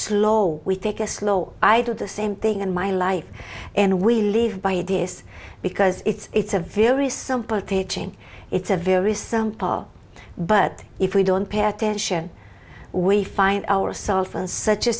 slow we take a slow i do the same thing in my life and we live by this because it's a very simple teaching it's a very simple but if we don't pay attention we find ourselves in such a